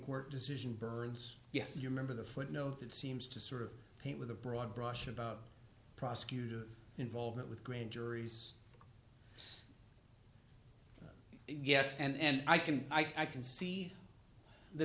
court decision burns yes you remember the footnote that seems to sort of paint with a broad brush about prosecutor involvement with grand juries so yes and i can i can see the